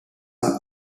are